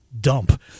dump